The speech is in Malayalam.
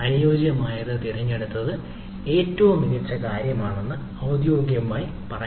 അനുയോജ്യമായത് തിരഞ്ഞെടുത്തത് ഏറ്റവും മികച്ച കാര്യമാണെന്ന് ഔദ്യോഗികമായി പറയാൻ